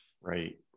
Right